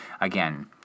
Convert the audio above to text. Again